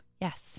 Yes